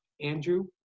Andrew